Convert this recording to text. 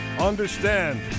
understand